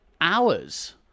hours